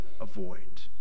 avoid